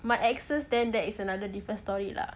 my exes then that is another different story lah